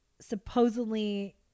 supposedly